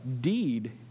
deed